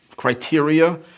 criteria